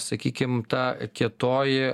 sakykim ta kietoji